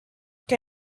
que